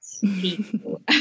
people